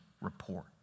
report